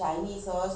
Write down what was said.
mmhmm